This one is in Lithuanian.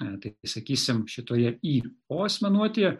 na taip įsakysim šitoje i o asmenuotėje